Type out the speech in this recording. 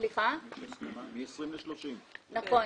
30 מטרים,